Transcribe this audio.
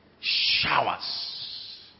showers